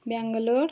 Bangalore